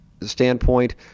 standpoint